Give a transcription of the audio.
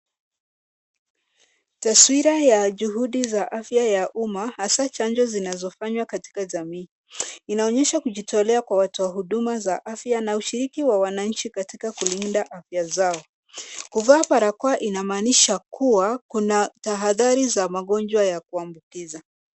Taswira ya juhudi za afya ya umma hasaa chanjo zinazopeanwa katika jamii. Inaonyesha kujitolea kwa watu wa huduma za afya na ushiriki wa wananchi katika kulinda afya zao. Kuvaa barakoa inamaanisha kuwa kuna tahadhari za magonjwa ya kuambukiza.